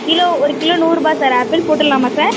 kilo ஒரு kilo நூறுரூபா sir apple போட்டுடலாமா சார்